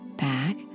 back